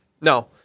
No